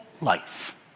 life